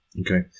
Okay